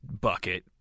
Bucket